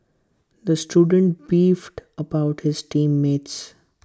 the student beefed about his team mates